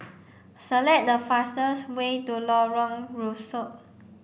select the fastest way to Lorong Rusuk